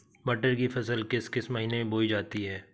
मटर की फसल किस महीने में बोई जाती है?